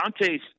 Dante's